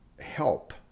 help